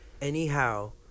Anyhow